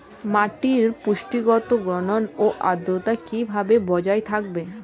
মাটির পুষ্টিগত গুণ ও আদ্রতা কিভাবে বজায় থাকবে?